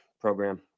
program